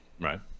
right